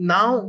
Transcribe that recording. Now